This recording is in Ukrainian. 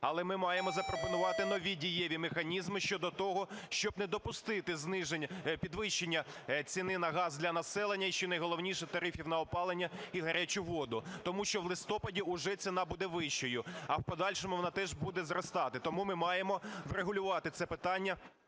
але ми маємо запропонувати нові дієві механізми щодо того, щоб не допустити підвищення ціни на газ для населення і, що найголовніше, тарифів на опалення і гарячу воду. Тому що в листопаді вже ціна буде вищою, а в подальшому вона теж буде зростати. Тому ми маємо врегулювати це питання